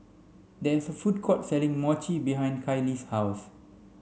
there's a food court selling Mochi behind Caylee's house